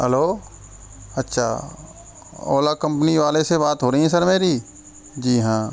hello अच्छा Ola company वाले से बात हो रही है सर मेरी जी हाँ